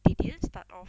they didn't start off